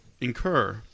incur